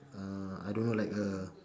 uh I don't know like a